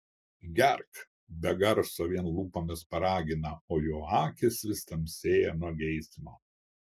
gerk be garso vien lūpomis paragina o jo akys vis tamsėja nuo geismo